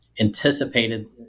anticipated